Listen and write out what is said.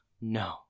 No